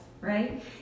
right